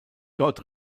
dort